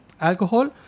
alcohol